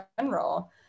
general